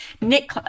Nick